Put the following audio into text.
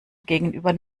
gegenüber